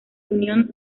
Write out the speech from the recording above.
union